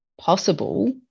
possible